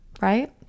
right